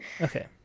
Okay